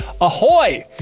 Ahoy